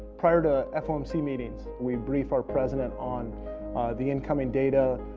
prior to ah fomc meetings, we brief our president on the incoming data,